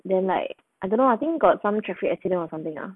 then like I dunno I think got some traffic accident or something lah